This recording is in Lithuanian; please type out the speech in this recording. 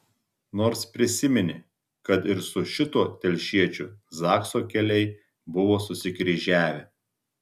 nors prisiminė kad ir su šituo telšiečiu zakso keliai buvo susikryžiavę